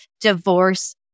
Divorce